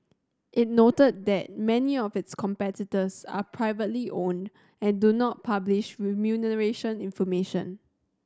it noted that many of its competitors are privately owned and do not publish remuneration information